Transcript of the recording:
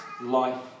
life